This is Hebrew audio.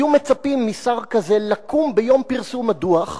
היו מצפים משר כזה לקום ביום פרסום הדוח,